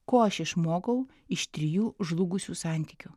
ko aš išmokau iš trijų žlugusių santykių